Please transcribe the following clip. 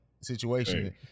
situation